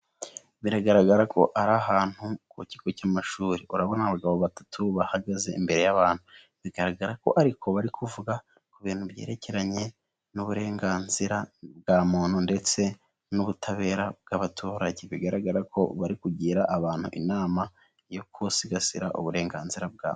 Biragaragara ko ari ahantu ku kigo cy'amashuri urabona abagabo batatu bahagaze imbere y'abantu bigaragara ko ariko bari kuvuga ku bintu byerekeranye n'uburenganzira bwa muntu ndetse n'ubutabera bw'abaturage bigaragara ko bari kugira abantu inama yo gusigasira uburenganzira bwabo.